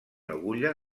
agulla